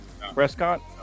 Prescott